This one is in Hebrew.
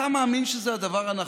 אתה מאמין שזה הדבר הנכון,